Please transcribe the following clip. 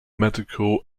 medical